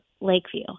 Lakeview